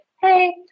Hey